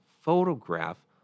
photograph